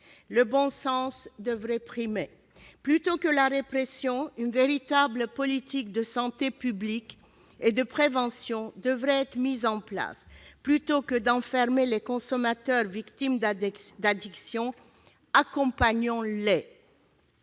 le bon sens devrait primer. Plutôt que la répression, une véritable politique de santé publique et de prévention devrait être mise en place. Plutôt que d'enfermer les consommateurs victimes d'addiction, accompagnons-les